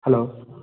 hello